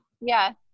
yes